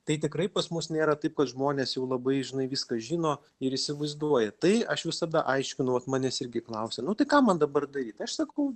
tai tikrai pas mus nėra taip kad žmonės jau labai žinai viską žino ir įsivaizduoja tai aš visada aiškinu vat manęs irgi klausia nu tai ką man dabar daryt aš sakau